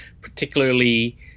particularly